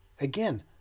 Again